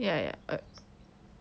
ya ya